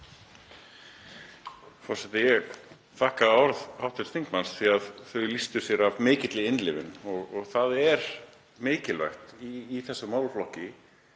Það er mikilvægt í þessum málaflokki